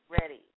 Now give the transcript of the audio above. ready